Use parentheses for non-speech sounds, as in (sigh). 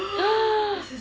(breath)